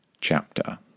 chapter